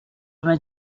vingt